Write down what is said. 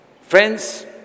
Friends